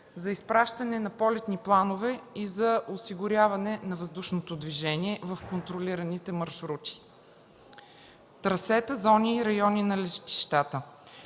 за изпращане на полетни планове и за осигуряване на въздушното движение в контролираните маршрути – трасета, зони и райони на летищата.